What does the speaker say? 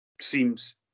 seems